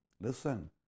listen